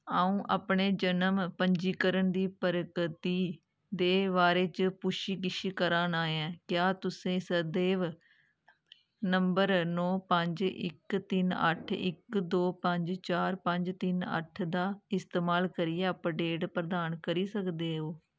अ'ऊं अपने जनम पंजीकरण दी प्रगति दे बारे च पुच्छ गिच्छ करा ना ऐ क्या तुसें सदेव नंबर नौ पंज इक तिन्न अट्ठ इक दो पंज चार पंज तिन्न अट्ठ दा इस्तेमाल करियै अपडेट प्रदान करी सकदे ओ